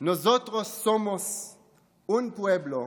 אנחנו עם אחד,